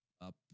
up